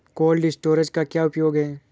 Cold storage का क्या उपयोग है?